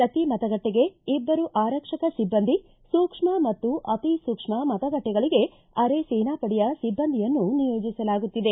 ಪ್ರತಿ ಮತಗಟ್ಟೆಗೆ ಇಬ್ಬರು ಆರಕ್ಷಕ ಸಿಬ್ಬಂದಿ ಸೂಕ್ಷ್ಮ ಮತ್ತು ಅತಿ ಸೂಕ್ಷ್ಮ ಮತಗಟ್ಟೆಗಳಿಗೆ ಅರೆಸೇನಾಪಡೆಯ ಸಿಬ್ಬಂದಿಯನ್ನು ನಿಯೋಜಿಸಲಾಗುತ್ತಿದೆ